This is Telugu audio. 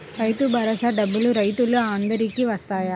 రైతు భరోసా డబ్బులు రైతులు అందరికి వస్తాయా?